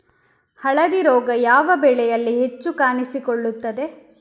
ಹಳದಿ ರೋಗ ಯಾವ ಬೆಳೆಯಲ್ಲಿ ಹೆಚ್ಚು ಕಾಣಿಸಿಕೊಳ್ಳುತ್ತದೆ?